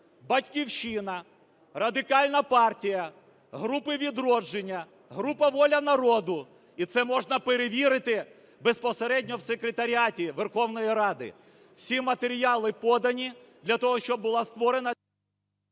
"Батьківщина", Радикальна партія, група "Відродження", група "Воля народу". І це можна перевірити безпосередньо в Секретаріаті Верховної Ради. Всі матеріали подані для того, щоб була створена…